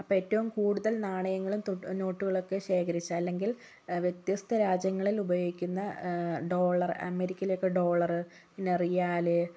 അപ്പോൾ ഏറ്റവും കൂടുതൽ നാണയങ്ങളും തോ നോട്ടുകളൊക്കെ ശേഖരിച്ച് അല്ലെങ്കിൽ വ്യത്യസ്ത രാജ്യങ്ങളിൽ ഉപയോഗിക്കുന്ന ഡോളർ അമേരിക്കയിലൊക്കെ ഡോളർ പിന്നെ റിയാൽ